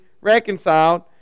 reconciled